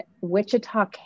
Wichita